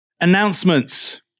Announcements